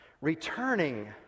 returning